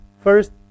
first